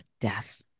death